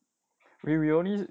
eh we only